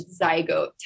zygote